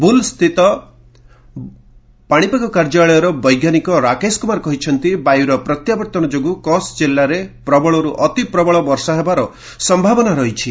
ବୁଲ୍ସସ୍ଥିତ ପାଣିପାଗ କାର୍ଯ୍ୟାଳୟର ବୈଜ୍ଞାନିକ ରାକେଶ କୁମାର କହିଚ୍ଚନ୍ତି ବାୟୁର ପ୍ରତ୍ୟାବର୍ତ୍ତନ ଯୋଗୁଁ କଚ୍ଚ ଜିଲ୍ଲାରେ ପ୍ରବଳରୁ ଅତିପ୍ରବଳ ବର୍ଷା ହେବାର ସମ୍ଭାବନା ରହିଛି